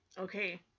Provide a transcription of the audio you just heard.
Okay